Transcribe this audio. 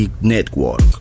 Network